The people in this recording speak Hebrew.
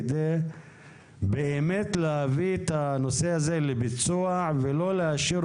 כדי להביא את הנושא הזה לביצוע ולא להשאיר